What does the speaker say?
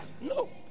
no